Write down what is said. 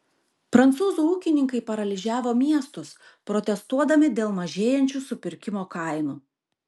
prancūzų ūkininkai paralyžiavo miestus protestuodami dėl mažėjančių supirkimo kainų